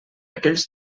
aquells